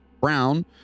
Brown